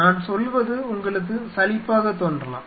நான் சொல்வது உங்களுக்கு சலிப்பாக தோன்றலாம்